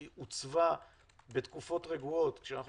היא הוצבה בתקופות רגועות כשאנחנו